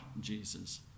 Jesus